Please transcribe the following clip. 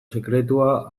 sekretua